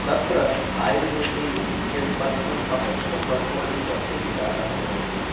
तत्र आयुर्वेदे यत् पथ्यम् अपथ्यं वर्तते तस्य विचारः भवति